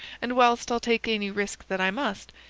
and whilst i'll take any risk that i must,